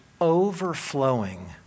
overflowing